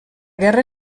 guerra